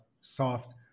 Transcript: soft